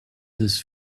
this